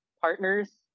partners